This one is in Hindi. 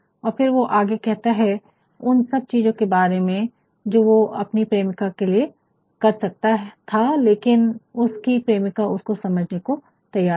और फिर वो आगे कहता है उन सब चीज़ो के बारे में जो वो अपनी प्रेमिका के लिए कर सकता था लेकिन उसकी प्रेमिका उसको समझने को नहीं तैयार है